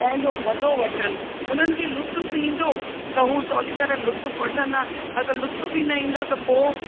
पंहिंजो मज़ो वठनि उन्हनि खे लुत्फ़ु ईंदो त उहा सहूली तरह लुत्फ़ु वठंदा अगरि लुत्फ़ु ई न ईंदो त पोइ